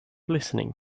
listening